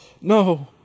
no